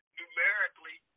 numerically